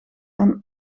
aan